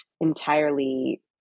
entirely